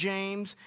James